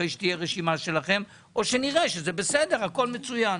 אחרי שתהיה רשימה שלכם או שנראה שזה בסדר והכול מצוין.